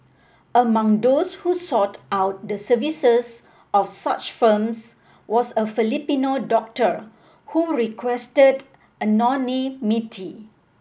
among those who sought out the services of such firms was a Filipino doctor who requested anonymity